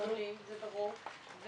אתה יודע מי היה אמור להיות הנציג,